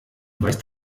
weißt